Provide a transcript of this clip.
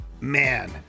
man